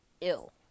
ill